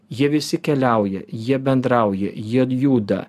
jie visi keliauja jie bendrauja jie juda